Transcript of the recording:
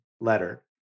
letter